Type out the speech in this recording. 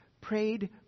prayed